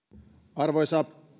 arvoisa